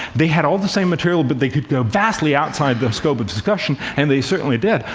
they had all the same material but they could go vastly outside the scope of discussion, and they certainly did,